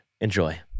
enjoy